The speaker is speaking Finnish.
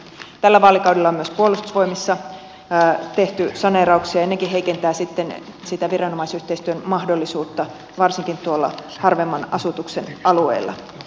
tällä vaalikaudella on myös puolustusvoimissa tehty saneerauksia ja nekin heikentävät sitten sitä viranomaisyhteistyön mahdollisuutta varsinkin tuolla harvemman asutuksen alueilla